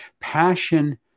Passion